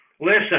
Listen